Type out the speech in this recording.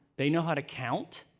they know how to count.